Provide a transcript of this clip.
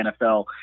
NFL